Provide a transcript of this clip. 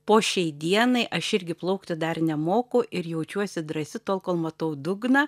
po šiai dienai aš irgi plaukti dar nemoku ir jaučiuosi drąsi tol kol matau dugną